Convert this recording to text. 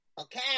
Okay